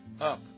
up